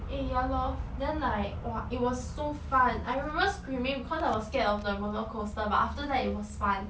eh ya lor then like !wah! it was so fun I remember screaming because I was scared of the roller coaster but after that it was fun